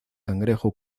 cangrejo